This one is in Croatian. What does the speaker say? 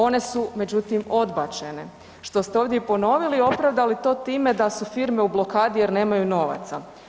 One su međutim, odbačene, što ste ovdje i ponovili, opravdali to time da su firme u blokadi jer nemaju novaca.